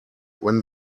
when